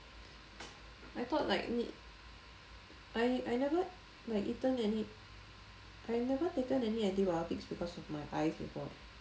I thought like need I I never like eaten any I never taken any antibiotics because of my eyes before leh